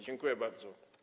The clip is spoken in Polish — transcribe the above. Dziękuję bardzo.